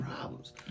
problems